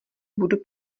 budu